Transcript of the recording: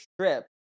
strip